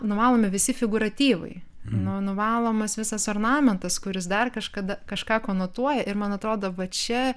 nuvalomi visi figūratyvai nu nuvalomas visas ornamentas kuris dar kažkada kažką konotuoja ir man atrodo va čia